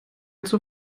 zur